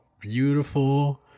beautiful